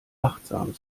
achtsam